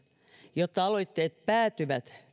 jotta aloitteet päätyvät